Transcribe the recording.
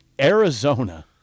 Arizona